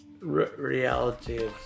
reality